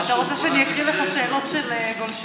שלמה, אתה רוצה שאני אקריא לך שאלות של גולשים?